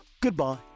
goodbye